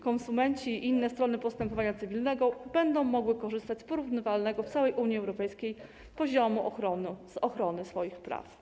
Konsumenci i inne strony postępowania cywilnego będą mogli korzystać z porównywalnego w całej Unii Europejskiej poziomu ochrony swoich praw.